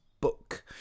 book